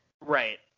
right